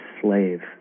slave